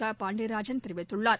க பாண்டியராஜன் தெரிவித்துள்ளார்